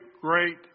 great